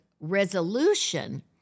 resolution